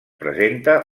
presenta